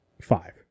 five